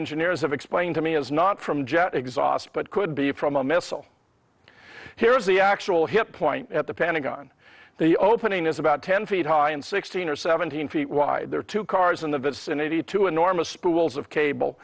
engineers have explained to me is not from jet exhaust but could be from a missile here is the actual hit point at the pentagon the opening is about ten feet high and sixteen or seventeen feet wide there are two cars in the vicinity two enormous pools of cable